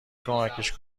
کمکش